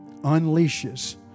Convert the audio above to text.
unleashes